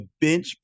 bench